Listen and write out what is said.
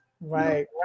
right